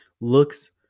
looks